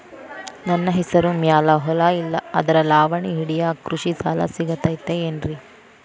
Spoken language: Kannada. ನನ್ನ ಹೆಸರು ಮ್ಯಾಲೆ ಹೊಲಾ ಇಲ್ಲ ಆದ್ರ ಲಾವಣಿ ಹಿಡಿಯಾಕ್ ಕೃಷಿ ಸಾಲಾ ಸಿಗತೈತಿ ಏನ್ರಿ?